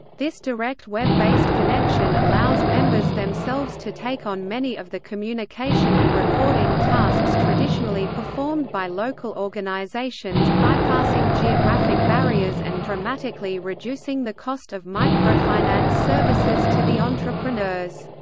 this direct web-based connection allows members themselves to take on many of the communication and recording tasks traditionally performed by local organizations, bypassing geographic barriers and dramatically reducing the cost of microfinance services to the entrepreneurs.